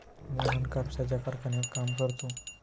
मोहन कापसाच्या कारखान्यात काम करतो